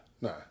No